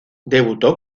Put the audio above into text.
debutó